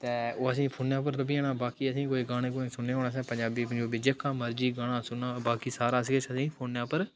ते ओह् असें ई फोनै उप्पर लब्भी जाना बाकी असें ई कोई गाने गुने सुनने होन असें पंजाबी पंजूबी जेह्का मर्जी गाना सुनना होऐ बाकी सारा किश असें ई फोनै उप्पर